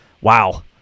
wow